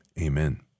Amen